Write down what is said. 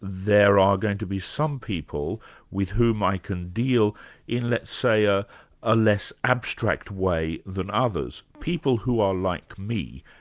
there are going to be some people with whom i can deal in let's say, a ah less abstract way than others. people who are like me,